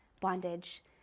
bondage